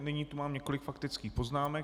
Nyní tu mám několik faktických poznámek.